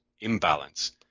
imbalance